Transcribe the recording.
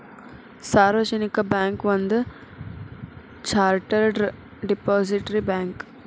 ಸಾರ್ವಜನಿಕ ಬ್ಯಾಂಕ್ ಒಂದ chartered depository bank